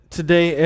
today